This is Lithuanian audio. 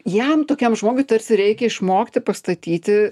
jam tokiam žmogui tarsi reikia išmokti pastatyti